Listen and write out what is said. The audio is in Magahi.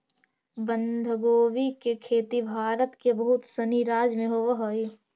बंधगोभी के खेती भारत के बहुत सनी राज्य में होवऽ हइ